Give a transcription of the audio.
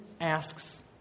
asks